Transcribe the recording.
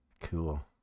cool